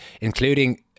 including